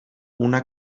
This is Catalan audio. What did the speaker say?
una